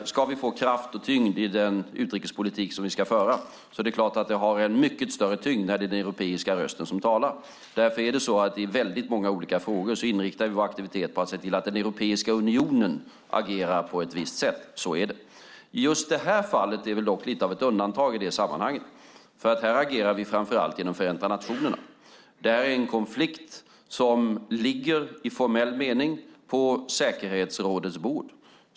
Ska vi få kraft och tyngd i den utrikespolitik som vi ska föra är det klart att det har mycket större tyngd när det är den europeiska rösten som talar. Därför inriktar vi i väldigt många olika frågor vår aktivitet på att se till att Europeiska unionen agerar på ett visst sätt. Så är det. Just det här fallet är dock lite av ett undantag, för här agerar vi framför allt genom Förenta nationerna. Det här är en konflikt som i formell mening ligger på säkerhetsrådets bord.